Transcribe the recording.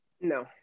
No